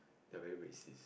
they're very racist